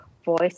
voice